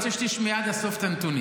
אבל אני רוצה שתשמעי עד הסוף את הנתונים.